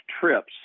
trips